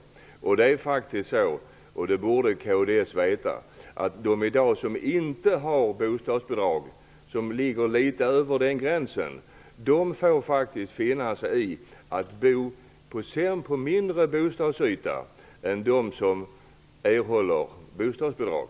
Det är faktiskt så, vilket man från kds borde veta, att de som i dag inte har bostadsbidrag därför att de ligger något ovanför gränsen för detta faktiskt får finna sig i att bo på mindre bostadsyta än de som erhåller bostadsbidrag.